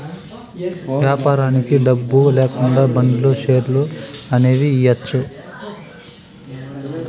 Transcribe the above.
వ్యాపారానికి డబ్బు లేకుండా బాండ్లు, షేర్లు అనేవి ఇయ్యచ్చు